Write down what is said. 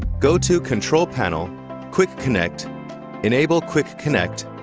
go to control panel quickconnect enable quickconnect,